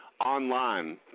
online